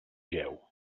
jeu